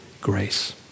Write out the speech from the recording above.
grace